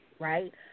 right